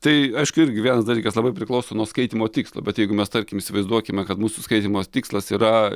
tai aišku irgi vienas dalykas labai priklauso nuo skaitymo tikslo vat jeigu mes tarkim įsivaizduokime kad mūsų skaitymo tikslas yra